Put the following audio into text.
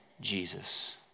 Jesus